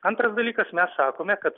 antras dalykas mes sakome kad